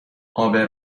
عابر